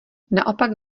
naopak